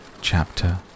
chapter